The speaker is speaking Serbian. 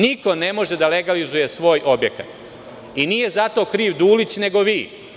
Niko ne može da legalizuje svoj objekat i nije zato kriv Dulić, nego vi.